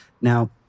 Now